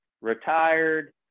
retired